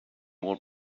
more